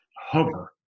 hover